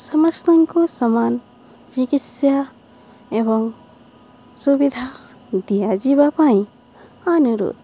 ସମସ୍ତଙ୍କୁ ସମାନ ଚିକିତ୍ସା ଏବଂ ସୁବିଧା ଦିଆଯିବା ପାଇଁ ଅନୁରୋଧ